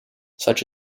such